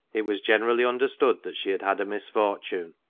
it was generally understood that she had had a misfortune,